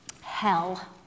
Hell